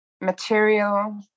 material